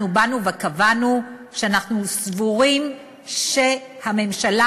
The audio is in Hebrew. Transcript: אנחנו באנו וקבענו שאנחנו סבורים שהממשלה